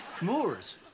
Moors